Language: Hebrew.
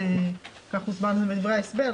כך הוסבר גם בדברי ההסבר,